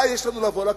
מה יש לנו לבוא לכנסת?